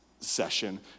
session